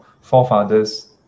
forefathers